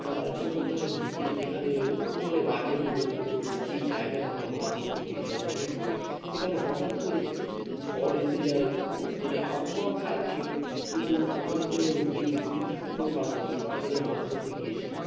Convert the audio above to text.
একটা ছোটো খাটো দ্বীপে যেখানে মানে বাঘের কোনো উপদ্রব নেই সেই জায়গায় আমরা মাছ ধরতে গিয়েছিলাম তা গিয়ে সেকানে হঠাৎ করে ঝড় এসে যায় মানে আবহাওয়া খারাপ ছিলো কিন্তু আমরা তো গিয়ে বেশি দিন থাকতেও পারবো না সেই কারণে মাছ ধরতে গিয়েছিলাম